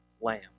lamb